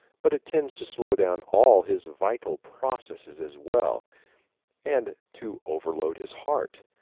but it tends to slow down all his vital processes as well and to overload his heart.